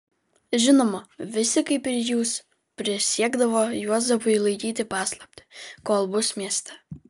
žinoma visi kaip ir jūs prisiekdavo juozapui laikyti paslaptį kol bus mieste